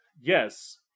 yes